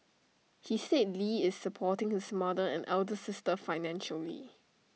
he said lee is supporting his mother and elder sister financially